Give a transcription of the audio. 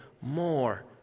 more